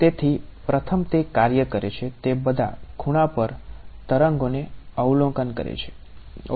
તેથી પ્રથમ તે કાર્ય કરે છે તે બધા ખૂણા પર તરંગોને અવલોકન કરે છે ઓકે